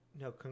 No